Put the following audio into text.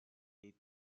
est